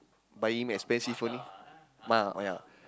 buy him expensive only uh yeah